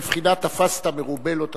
בבחינת תפסת מרובה לא תפסת.